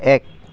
এক